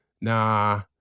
Nah